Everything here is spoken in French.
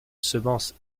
semence